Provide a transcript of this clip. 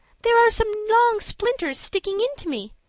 there are some long splinters sticking into me.